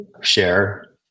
share